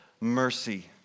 mercy